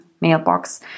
mailbox